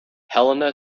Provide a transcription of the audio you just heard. helena